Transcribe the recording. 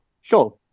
Sure